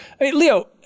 Leo